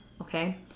okay